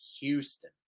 Houston